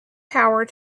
power